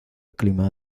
clima